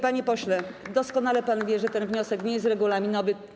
Panie pośle, doskonale pan wie, że ten wiosek nie jest regulaminowy.